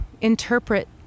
interpret